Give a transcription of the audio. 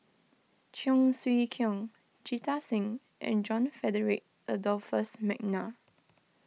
Cheong Siew Keong Jita Singh and John Frederick Adolphus McNair